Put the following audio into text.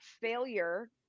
failure